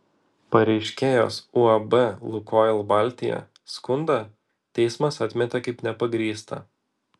pareiškėjos uab lukoil baltija skundą teismas atmetė kaip nepagrįstą